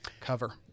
cover